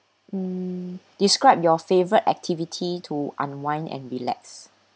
um describe your favourite activity to unwind and relax